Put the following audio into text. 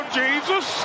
jesus